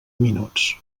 minuts